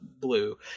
blue